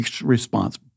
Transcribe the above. response